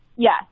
Yes